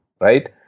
right